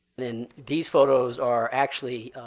then these photos are actually